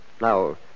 Now